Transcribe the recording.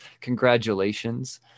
congratulations